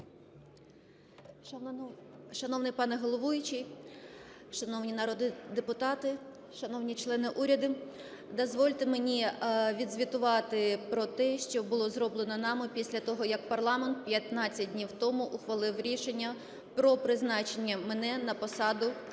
Шановний пане головуючий, шановні народні депутати, шановні члени уряду! Дозвольте мені відзвітувати про те, що було зроблено нами після того, як парламент 15 днів тому ухвалив рішення про призначення мене на посаду